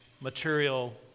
material